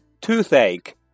toothache